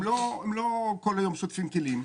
הם לא כל היום שוטפים כלים.